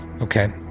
Okay